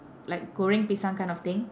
like goreng pisang kind of thing